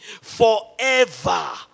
forever